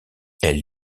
elle